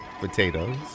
potatoes